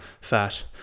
fat